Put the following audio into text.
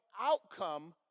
outcome